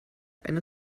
eine